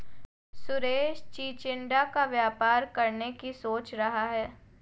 सुरेश चिचिण्डा का व्यापार करने की सोच रहा है